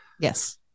Yes